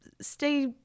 stay